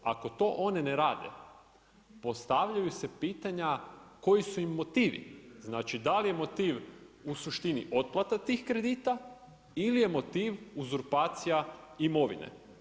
Ako to one ne rade postavljaju se pitanja koji su im motivi, znači da li je motiv u suštini otplata tih kredita ili je motiv uzurpacija imovine.